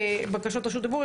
בקשות רשות דיבור,